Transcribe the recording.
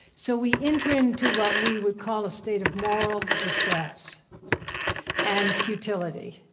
so we enter into what we would call a state of moral distress and futility.